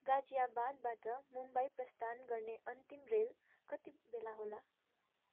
गजियाबादबाट मुम्बई प्रस्थान गर्ने अन्तिम रेल कति बेला होला